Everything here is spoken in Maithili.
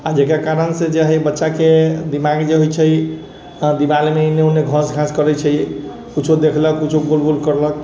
आओर जकरा कारण से जे हइ बच्चाके दिमाग जे होइ छै दीवालमे एन्नै ओन्नै घस घस करै छै किछु देखलक किछु गोल गोल करलक